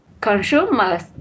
consumers